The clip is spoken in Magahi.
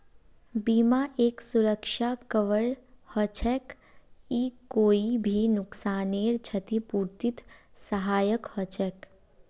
बीमा एक सुरक्षा कवर हछेक ई कोई भी नुकसानेर छतिपूर्तित सहायक हछेक